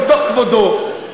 מתוך כבודו,